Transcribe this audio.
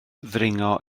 ddringo